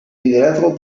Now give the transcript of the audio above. liderazgo